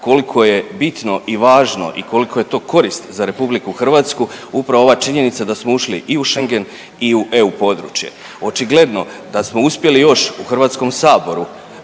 koliko je bitno i važno i koliko je to korist za RH upravo ova činjenica da smo ušli i u Schengen i u EU područje. Očigledno da smo uspjeli još u Hrvatskom saboru